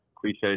cliche